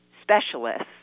specialists